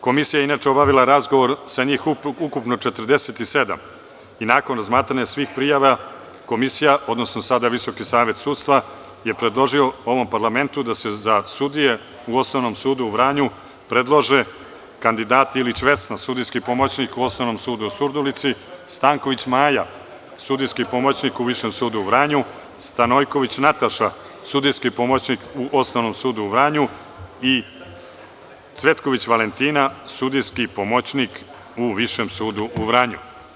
Komisija je inače obavila razgovor sa njih ukupno 47 i nakon razmatranja svih prijava komisija, odnosno sada Visoki savet sudstva je predložio ovom parlamentu da se za sudije u Osnovnom sudu u Vranju predlože kandidati Ilić Vesna, sudijski pomoćnik u Osnovnom sudu u Surdulici, Stanković Maja, sudijski pomoćnik u Višem sudu u Vranju, Stanojković Nataša, sudijski pomoćnik u Osnovnom sudu u Vranju i Cvetković Valentina, sudijski pomoćnik u Višem sudu u Vranju.